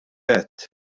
għedt